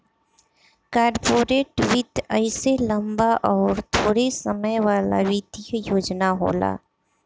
corporate वित्त अइसे लम्बा अउर थोड़े समय वाला वित्तीय योजना होला